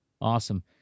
Awesome